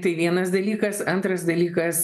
tai vienas dalykas antras dalykas